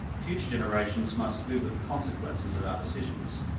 future generations must live with the consequences of our decisions.